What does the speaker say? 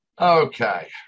Okay